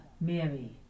Mary